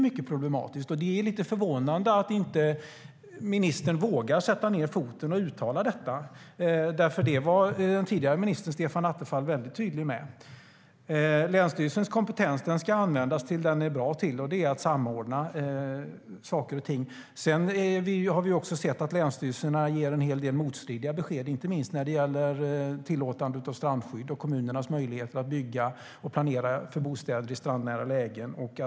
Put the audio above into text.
Det är lite förvånande att ministern inte vågar sätta ned foten och uttala detta, för detta var den tidigare ministern, Stefan Attefall, mycket tydlig med. Länsstyrelsens kompetens ska användas till det som den är bra till, och det är att samordna saker och ting. Sedan har vi också sett att länsstyrelserna ger en del motstridiga besked, inte minst när det gäller strandskydd och kommunernas möjlighet att bygga och planera för bostäder i strandnära lägen.